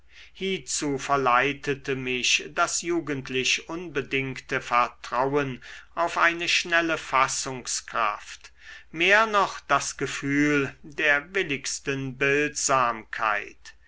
hiezu verleitete mich das jugendlich unbedingte vertrauen auf eine schnelle fassungskraft mehr noch das gefühl der willigsten